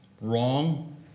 wrong